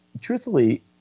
truthfully